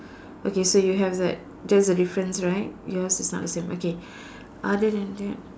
okay so you have that that's the difference right yours is not the same other than that